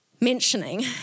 mentioning